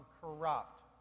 corrupt